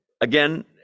again